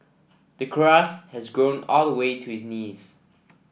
the grass has grown all the way to his knees